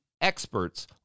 experts